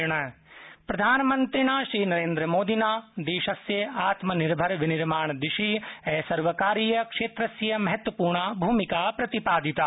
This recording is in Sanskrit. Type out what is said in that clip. प्रधानमन्त्री रक्षाक्षेत्रम् प्रधानमन्त्रिणा श्रीनरेन्द्रमोदिना देशस्य आत्मनिर्भरविनिर्माण दिशि असर्वकारीय क्षेत्रस्य महत्वपूर्णा भूमिका प्रतिपादिता